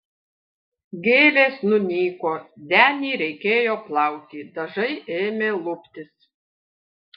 gėlės nunyko denį reikėjo plauti dažai ėmė luptis